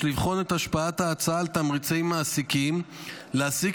יש לבחון את השפעת ההצעה על תמריצי מעסיקים להעסיק